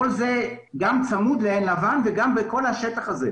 כל זה גם צמוד לעין לבן וגם בכל השטח הזה,